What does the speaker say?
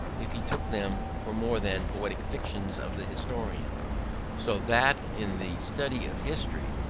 if he took them for more than poetic fictions of the historian so that in the study of history,